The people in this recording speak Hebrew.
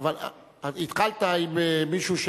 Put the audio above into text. התחלת עם מישהו,